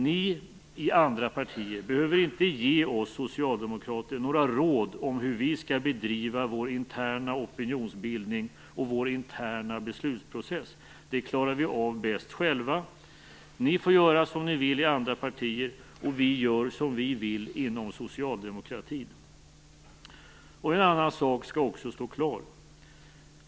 Ni i andra partier behöver inte ge oss socialdemokrater några råd om hur vi skall bedriva vår interna opinionsbildning och vår interna beslutsprocess. Det klarar vi av bäst själva. Ni får göra som ni vill i andra partier, och vi inom socialdemokratin gör som vi vill. En annan sak skall också stå klar.